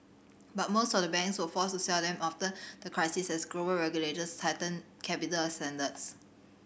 but most of the banks were forced to sell them after the crisis as global regulators tightened capital standards